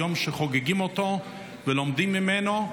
יום שחוגגים אותו ולומדים ממנו,